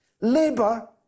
Labour